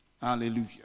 Hallelujah